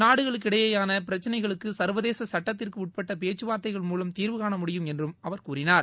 நாடுகளுக்கிடையேயான பிரச்சினைகளுக்கு சா்வதேச சுட்டத்திற்கு உட்பட்ட பேச்கவார்தைகள் மூலம் தீர்வு காண முடியும் என்றும் அவர் கூறினார்